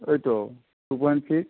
ওই তো two point six